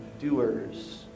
doers